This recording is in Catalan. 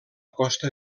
costa